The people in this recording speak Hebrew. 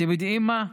אתם יודעים מה?